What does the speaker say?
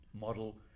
model